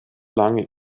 lange